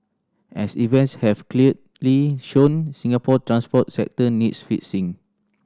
as events have clearly shown Singapore transport sector needs fixing